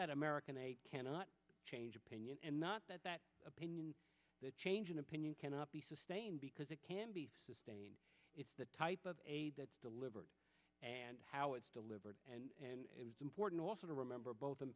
that american aid cannot change opinion and not opinion the change in opinion cannot be sustained because it can be sustained it's that type of aid that's delivered and how it's delivered and it's important also to remember both in